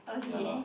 ya lah